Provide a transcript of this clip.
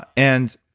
and